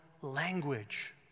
language